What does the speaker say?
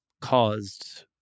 caused